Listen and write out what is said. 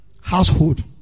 Household